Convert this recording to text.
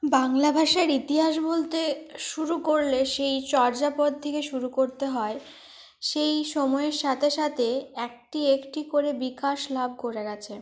বাংলা ভাষার ইতিহাস বলতে শুরু করলে সেই চর্যাপদ থেকে শুরু করতে হয় সেই সময়ের সাথে সাথে একটি একটি করে বিকাশ লাভ করে গেছে